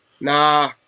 nah